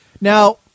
Now